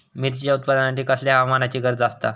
मिरचीच्या उत्पादनासाठी कसल्या हवामानाची गरज आसता?